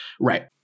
Right